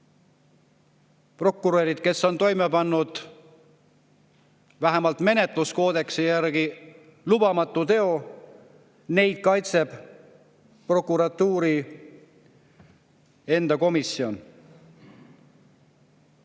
Prokuröre, kes on toime pannud vähemalt menetluskoodeksi järgi lubamatu teo, kaitseb prokuratuuri enda komisjon.